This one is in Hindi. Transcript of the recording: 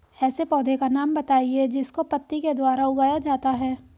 ऐसे पौधे का नाम बताइए जिसको पत्ती के द्वारा उगाया जाता है